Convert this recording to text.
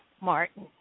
Martin